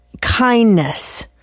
Kindness